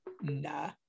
Nah